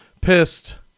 pissed